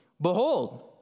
Behold